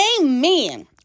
amen